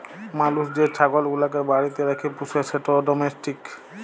মালুস যে ছাগল গুলাকে বাড়িতে রাখ্যে পুষে সেট ডোমেস্টিক